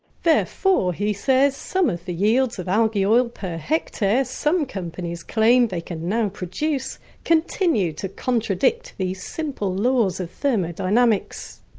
so he says, some of the yields of algae oil per hectare some companies claim they can now produce continue to contradict these simple laws of thermodynamics.